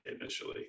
initially